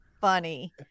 funny